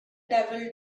devil